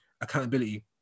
accountability